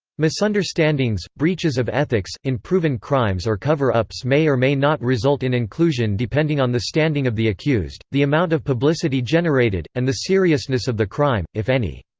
misunderstandings, breaches of ethics, unproven crimes or cover-ups may or may not result in inclusion depending on the standing of the accused, the amount of publicity generated, and the seriousness of the crime, if any.